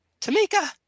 Tamika